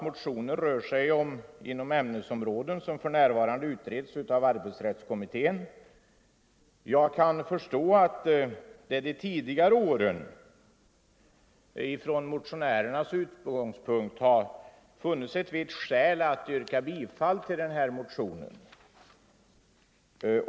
Motionen rör sig inom ämnesområden som för närvarande utreds av arbetsrättskommittén. Jag kan förstå att det under de tidigare åren från motionärernas utgångspunkt har funnits ett visst skäl att yrka bifall till en sådan motion.